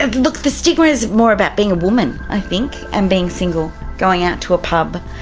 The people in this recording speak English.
and look, the stigma is more about being a woman i think and being single, going out to a pub.